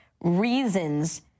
reasons